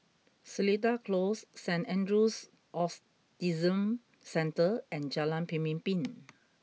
Seletar Close Saint Andrew's Autism Centre and Jalan Pemimpin